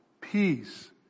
peace